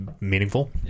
meaningful